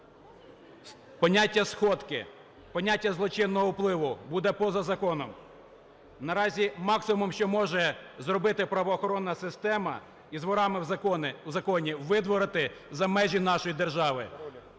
Поняття "сходки", поняття "злочинного впливу" буде поза законом. Наразі максимум, що може зробити правоохоронна система із "ворами в законі" – видворити за межі нашої держави.